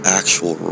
actual